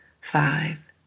five